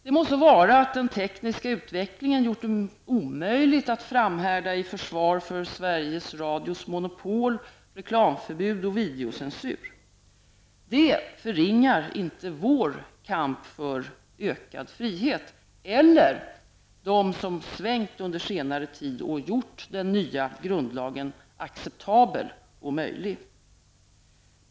Det må så vara att den tekniska utvecklingen gjort det omöjligt att framhärda i försvar för Sveriges Radios monopol, reklamförbud och videocensur. Det förringar inte vår kamp för ökad frihet eller dem som svängt under senare tid och gjort den nya grundlagen acceptabel och möjlig.